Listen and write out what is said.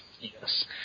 Yes